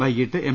വൈകീട്ട് എം